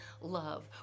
love